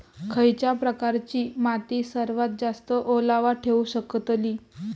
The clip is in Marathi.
खयच्या प्रकारची माती सर्वात जास्त ओलावा ठेवू शकतली?